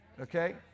Okay